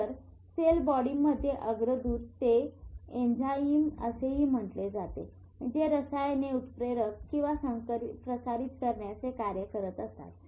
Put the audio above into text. तर सेल बॉडीमध्ये अग्रदूत ते एन्झाइम असेही म्हंटले जाते जे रसायने उत्प्रेरक किंवा प्रसारित करण्याचे कार्य करत असतात